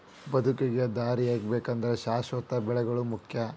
ಬದುಕಿಗೆ ದಾರಿಯಾಗಬೇಕಾದ್ರ ಶಾಶ್ವತ ಬೆಳೆಗಳು ಮುಖ್ಯ